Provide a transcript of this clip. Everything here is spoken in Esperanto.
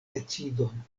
decidon